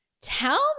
tell